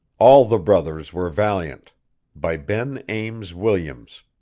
all the brothers were valiant by ben ames williams